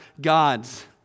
gods